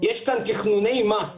יש כאן תכנוני מס.